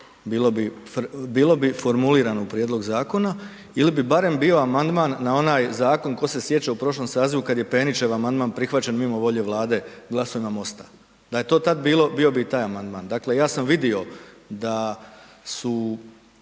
bilo bi formulirano u prijedlog zakona ili bi barem bio amandman na onaj zakon tko se sjeća u prošlom sazivu kad je Penićev amandman prihvaćen mimo volje Vlade glasovima MOST-a. Da je to tad bilo, bio bi i taj amandman. Dakle, ja sam vidio da su,